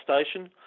station